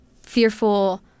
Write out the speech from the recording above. fearful